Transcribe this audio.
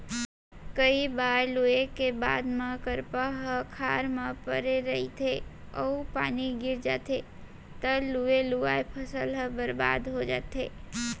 कइ बार लूए के बाद म करपा ह खार म परे रहिथे अउ पानी गिर जाथे तव लुवे लुवाए फसल ह बरबाद हो जाथे